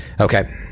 Okay